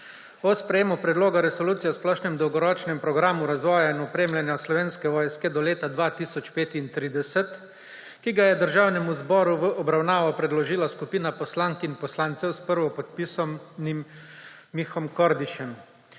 o sprejemu Predloga resolucije o splošnem dolgoročnem programu razvoja in opremljanja Slovenske vojske do leta 2035, ki ga je Državnemu zboru v obravnavo predložila skupina poslank in poslancev s prvopodpisanim Mihom Kordišem.